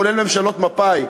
כולל ממשלות מפא"י,